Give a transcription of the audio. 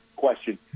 question